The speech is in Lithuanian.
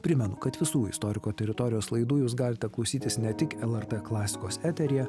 primenu kad visų istoriko teritorijos laidų jūs galite klausytis ne tik lrt klasikos eteryje